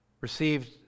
received